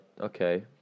Okay